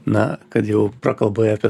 na kad jau prakalbai apie